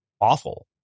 awful